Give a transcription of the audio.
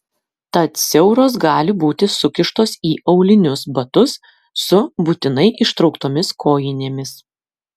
tad siauros gali būti sukištos į aulinius batus su būtinai ištrauktomis kojinėmis